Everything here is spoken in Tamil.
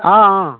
ஆ ஆ